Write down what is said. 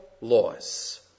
laws